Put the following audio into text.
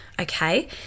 Okay